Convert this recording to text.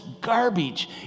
garbage